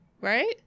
Right